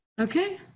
Okay